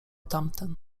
tamten